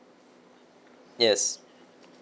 yes